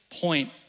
point